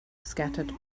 scattered